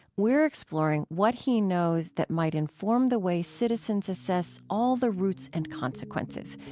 we're exploring what he knows that might inform the way citizens assess all the roots and consequences,